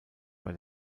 bei